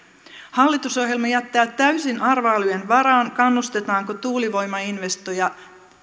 hallitusohjelma jättää täysin arvailujen varaan kannustetaanko tuulivoimainvestointeja